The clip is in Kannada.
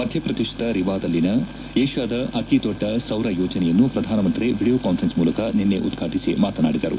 ಮಧ್ಯಪ್ರದೇಶದ ರೇವಾದಲ್ಲಿ ಏಷ್ಲಾದ ಅತಿದೊಡ್ಡ ಸೌರ ಯೋಜನೆಯನ್ನು ಪ್ರಧಾನ ಮಂತ್ರಿ ವಿಡಿಯೊ ಕಾನ್ವರೆನ್ಸ್ ಮೂಲಕ ನಿನ್ನೆ ಉದ್ವಾಟಿಸಿ ಮಾತನಾಡಿದರು